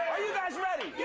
you guys ready?